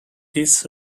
this